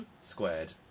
squared